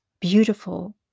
beautiful